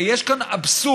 הרי יש כאן אבסורד,